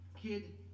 kid